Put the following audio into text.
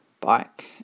bike